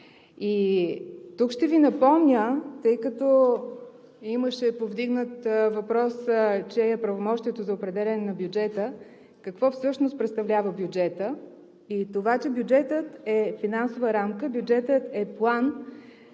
тук ще Ви напомня, тъй като имаше повдигнат въпрос чие е правомощието за определяне на бюджета, какво всъщност представлява бюджетът –бюджетът е финансова рамка, бюджетът е план,